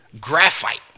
graphite